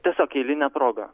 tiesiog eilinė proga